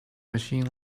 machine